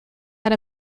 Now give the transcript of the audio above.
had